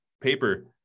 paper